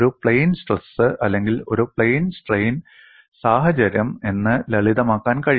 plain stress അല്ലെങ്കിൽ ഒരു plane strain സാഹചര്യം എന്ന് ലളിതമാക്കാൻ കഴിയും